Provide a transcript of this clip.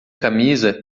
camisa